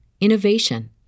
innovation